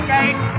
Gate